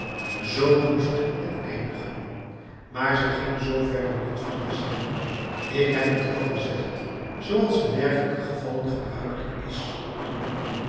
zoo moest het eindigen maar zij ging zooverre niet van te zeggen ik heb het wel gezegd zooals in dergelijke gevallen gebruikelijk is